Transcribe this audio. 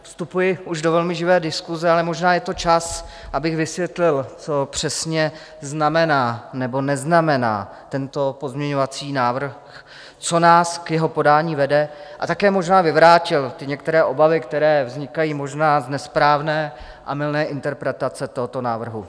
Vstupuji už do velmi živé diskuse, ale možná je to čas, abych vysvětlil, co přesně znamená nebo neznamená tento pozměňovací návrh, co nás k jeho podání vede, a také možná vyvrátil některé obavy, které vznikají možná z nesprávné a mylné interpretace tohoto návrhu.